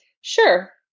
Sure